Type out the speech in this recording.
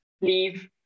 leave